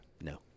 No